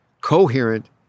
coherent